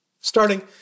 Starting